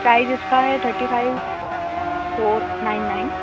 price इसका है thirty five four nine nine